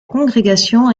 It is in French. congrégation